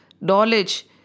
knowledge